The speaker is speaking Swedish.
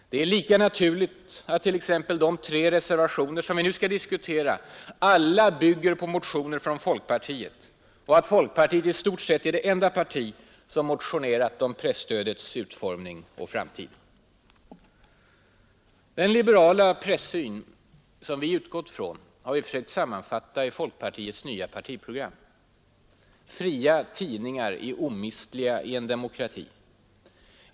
Det är lika naturligt att t.ex. de tre reservationer som vi nu skall diskutera alla bygger på motioner från folkpartiet och att folkpartiet i stort sett är det enda parti som motionerat om presstödets utformning och framtid. Den liberala pressyn som vi utgått från har vi försökt sammanfatta i folkpartiets nya partiprogram. ”Fria tidningar är omistliga i en demokrati.